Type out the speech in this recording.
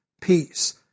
peace